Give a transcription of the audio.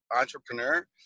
entrepreneur